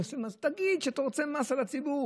אז תגיד שאתה רוצה מס על הציבור.